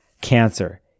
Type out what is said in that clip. Cancer